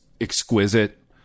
exquisite